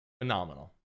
phenomenal